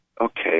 Okay